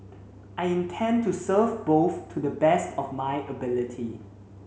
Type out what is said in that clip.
I intend to serve both to the best of my ability